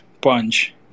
punch